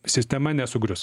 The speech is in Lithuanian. sistema nesugrius